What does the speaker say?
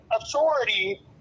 authority